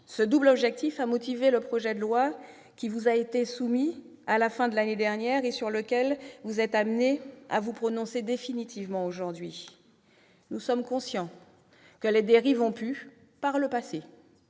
Ce double objectif a motivé le projet de loi, qui vous a été soumis à la fin de l'année dernière et sur lequel vous êtes amenés à vous prononcer définitivement aujourd'hui. Nous sommes conscients que des dérives ont pu, par le passé,